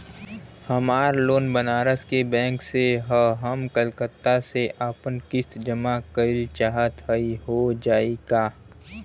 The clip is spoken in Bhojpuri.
हमार लोन बनारस के बैंक से ह हम कलकत्ता से आपन किस्त जमा कइल चाहत हई हो जाई का?